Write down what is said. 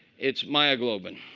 it's myoglobin.